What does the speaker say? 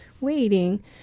waiting